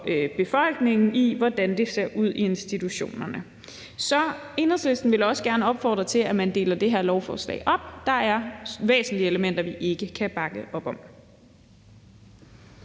befolkningen i forhold til, hvordan det ser ud i institutionerne. Så Enhedslisten vil også gerne opfordre til, at man deler det her lovforslag op, for der er væsentlige elementer, vi ikke kan bakke op om.